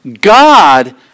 God